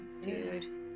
dude